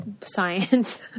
science